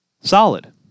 solid